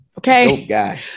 Okay